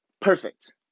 Perfect